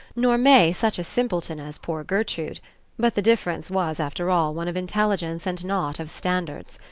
nor may such a simpleton as poor gertrude but the difference was after all one of intelligence and not of standards.